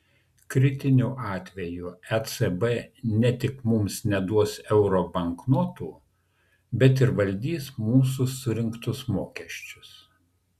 kritiniu atveju ecb ne tik mums neduos euro banknotų bet ir valdys mūsų surinktus mokesčius